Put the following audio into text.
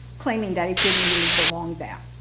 claiming that it didn't really belong there.